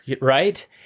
Right